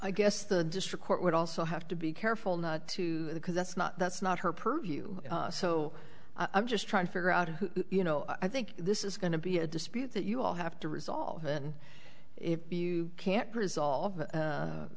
i guess the district court would also have to be careful not to because that's not that's not her purview so i'm just trying to figure out who you know i think this is going to be a dispute that you all have to resolve and if you can't resolve